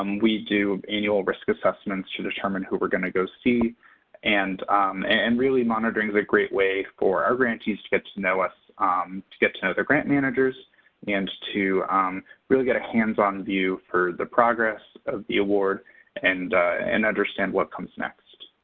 um we do annual risk assessments to determine who we're going to go see and and really monitoring's a great way for our grantees to get to know us to get to know their grant managers and to really get a hands-on view for the progress of the award and and understand what comes next.